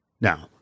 Now